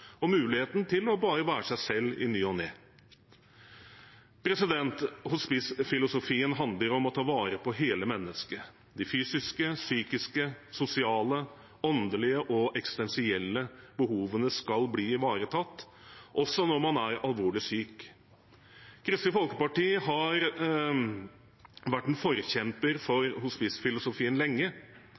og muligheten til bare å være seg selv i ny og ne. Hospicefilosofien handler om å ta vare på hele mennesket. De fysiske, psykiske, sosiale, åndelige og eksistensielle behovene skal bli ivaretatt, også når man er alvorlig syk. Kristelig Folkeparti har vært en forkjemper for hospicefilosofien lenge,